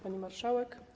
Pani Marszałek!